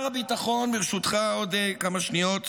ברשותך, עוד כמה שניות.